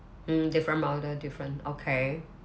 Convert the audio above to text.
mm different model different okay